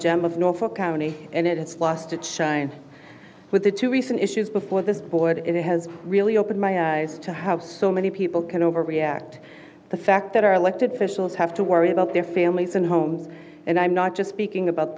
gem of norfolk county and its loss to china with the two recent issues before this board it has really opened my eyes to have so many people can overreact the fact that our elected officials have to worry about their families and homes and i'm not just speaking about